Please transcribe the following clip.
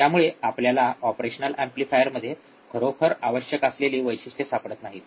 त्यामुळे आपल्याला ऑपरेशनल एम्प्लीफायरमध्ये खरोखर आवश्यक असलेली वैशिष्ट्ये सापडत नाहीत